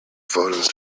photos